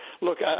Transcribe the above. Look